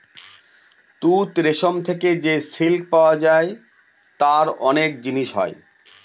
তুত রেশম থেকে যে সিল্ক পাওয়া যায় তার অনেক জিনিস হয়